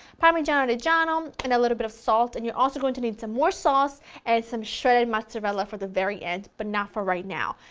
parmesan and cheese um and a little bit of salt and you're also going to need some more sauce and some shredded mozzarella for the very end but not for right now.